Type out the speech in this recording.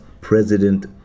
president